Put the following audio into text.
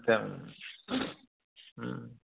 सत्यं